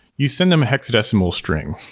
you send them a hexadecimal string,